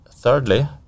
Thirdly